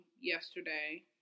yesterday